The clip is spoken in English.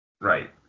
Right